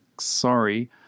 Sorry